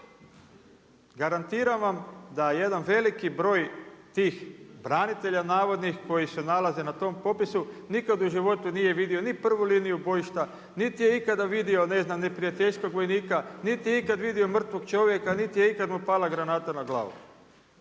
Garantiram vam da jedan veliki broj tih branitelja navodnih koji se nalaze na tom popisu nikad u životu nije vidio ni prvu liniju bojišta, niti je ikada vidio ne znam neprijateljskog vojnika, niti je ikad vidio mrtvog čovjeka, niti je ikad mu pala granata na glavu,